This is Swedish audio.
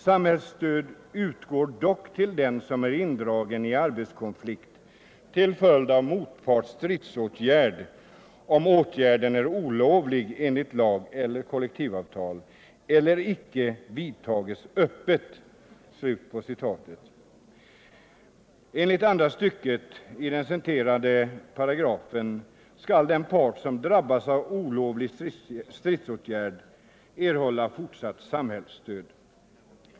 Samhällsstöd utgår dock till den som är indragen i arbetskonflikt till följd av motparts stridsåtgärd, om åtgärden är olovlig enligt lag eller kollektivavtal eller icke vidtages öppet.” Enligt andra stycket i den citerade paragrafen skall den part som drabbas av olovlig stridsåtgärd erhålla fortsatt samhällsstöd.